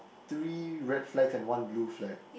three red flags and one blue flag